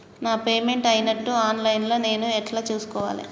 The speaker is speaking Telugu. నా పేమెంట్ అయినట్టు ఆన్ లైన్ లా నేను ఎట్ల చూస్కోవాలే?